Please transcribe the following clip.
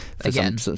Again